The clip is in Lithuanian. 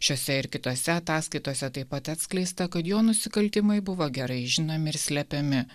šiose ir kitose ataskaitose taip pat atskleista kad jo nusikaltimai buvo gerai žinomi ir slepiami